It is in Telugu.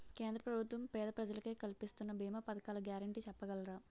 కేంద్ర ప్రభుత్వం పేద ప్రజలకై కలిపిస్తున్న భీమా పథకాల గ్యారంటీ చెప్పగలరా?